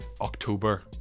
october